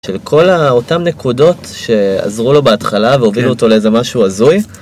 של כל אותן נקודות שעזרו לו בהתחלה והובילו אותו לאיזה משהו הזוי